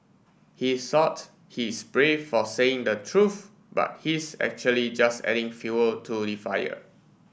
he thought he's brave for saying the truth but he's actually just adding fuel to the fire